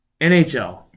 NHL